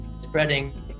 spreading